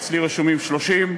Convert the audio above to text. אצלי רשומים 30,